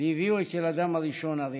והביאו של ילדם הראשון, אריה.